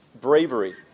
bravery